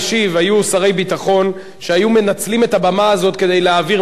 היו שרי ביטחון שהיו מנצלים את הבמה הזאת כדי להעביר מסר,